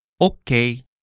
Okay